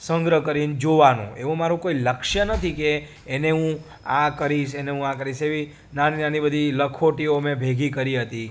સંગ્રહ કરીને જોવાનું એવું મારું કોઈ લક્ષ્ય નથી કે એને હું આ કરીશ એને હું આ કરીશ એવી નાની નાની બધી લખોટીઓ મેં ભેગી કરી હતી